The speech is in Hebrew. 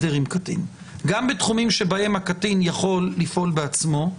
גם בתחומים שבהם הקטין יכול לפעול בעצמו,